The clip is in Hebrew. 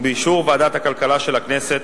ובאישור ועדת הכלכלה של הכנסת,